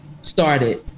started